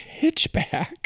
Hitchback